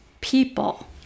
People